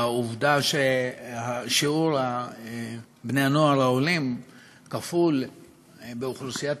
העובדה ששיעור בני-הנוער העולים כפול באוכלוסיית